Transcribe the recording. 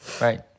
Right